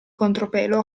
contropelo